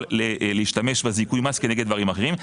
להשתמש בזיכוי מס כנגד דברים אחרים,